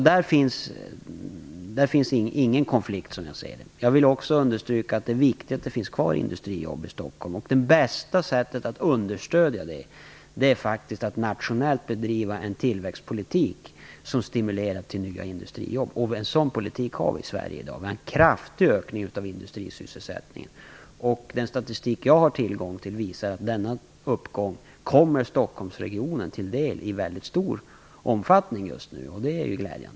Där finns alltså ingen konflikt, som jag ser det. Jag vill också understryka att det är viktigt att det finns kvar industrijobb i Stockholm. Det bästa sättet att understödja det är att nationellt bedriva en tillväxtpolitik som stimulerar till nya industrijobb. En sådan politik förs det i dag i Sverige och den har medfört en kraftig ökning av industrisysselsättningen. Den statistik som jag har tillgång till visar att denna uppgång kommer Stockholmsregionen till del i väldigt stor omfattning just nu, och det är ju glädjande.